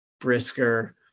Brisker